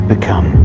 become